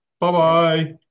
Bye-bye